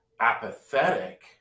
apathetic